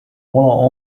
waller